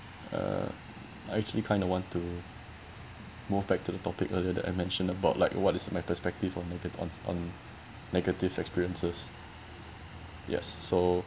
uh I actually kind of want to move back to the topic earlier that I mentioned about like what is my perspective on negat~ on on negative experiences yes so